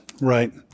Right